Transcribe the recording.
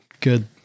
good –